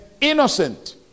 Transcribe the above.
innocent